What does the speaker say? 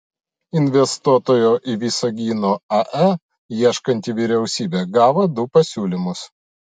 investuotojo į visagino ae ieškanti vyriausybė gavo du pasiūlymus